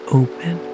open